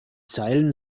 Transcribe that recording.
zeilen